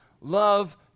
love